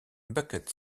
bucket